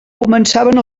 començaven